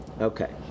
Okay